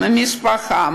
ממשפחה,